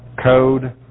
code